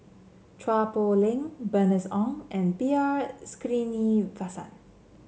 Chua Poh Leng Bernice Ong and B R Sreenivasan